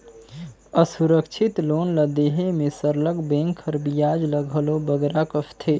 असुरक्छित लोन ल देहे में सरलग बेंक हर बियाज ल घलो बगरा कसथे